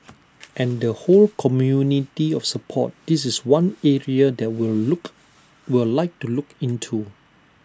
and the whole community of support this is one area that we'll look we'll like to look into